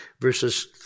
verses